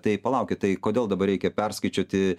tai palaukit tai kodėl dabar reikia perskaičiuoti